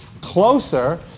closer